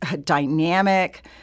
dynamic